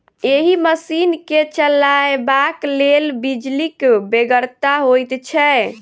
एहि मशीन के चलयबाक लेल बिजलीक बेगरता होइत छै